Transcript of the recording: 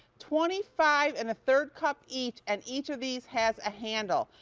twenty five and a third cut each and each of these has a handle.